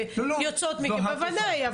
וודאי,